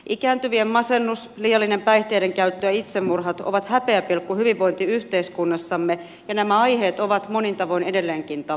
ikääntyvien masennus liiallinen päihteidenkäyttö ja itsemurhat ovat häpeäpilkku hyvinvointiyhteiskunnassamme ja nämä aiheet ovat monin tavoin edelleenkin tabuja